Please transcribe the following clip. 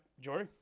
Jory